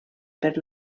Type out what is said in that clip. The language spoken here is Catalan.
per